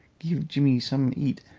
give jimmy some eat.